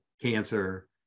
cancer